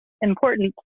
important